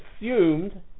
assumed